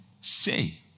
say